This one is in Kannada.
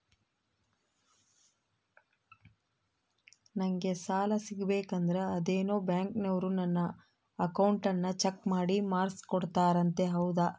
ನಂಗೆ ಸಾಲ ಸಿಗಬೇಕಂದರ ಅದೇನೋ ಬ್ಯಾಂಕನವರು ನನ್ನ ಅಕೌಂಟನ್ನ ಚೆಕ್ ಮಾಡಿ ಮಾರ್ಕ್ಸ್ ಕೋಡ್ತಾರಂತೆ ಹೌದಾ?